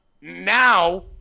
now